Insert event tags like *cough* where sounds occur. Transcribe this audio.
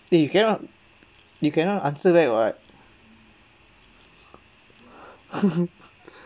eh you cannot you cannot answer back what *laughs*